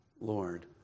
Lord